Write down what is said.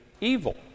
evil